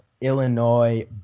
Illinois